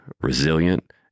resilient